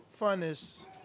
funnest